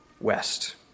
West